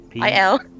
I-L